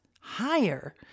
higher